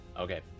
Okay